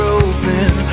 open